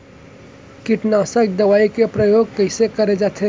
कीटनाशक दवई के प्रयोग कइसे करे जाथे?